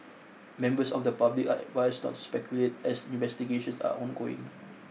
members of the public are advised not to speculate as investigations are ongoing